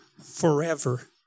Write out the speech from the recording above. forever